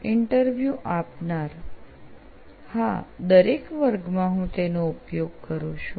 interview આપનાર હા દરેક વર્ગમાં હું તેનો ઉપયોગ કરું છું